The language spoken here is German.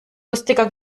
lustiger